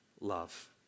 love